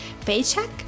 paycheck